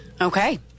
okay